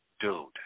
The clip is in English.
dude